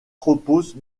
repose